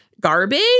garbage